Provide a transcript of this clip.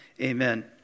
Amen